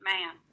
Man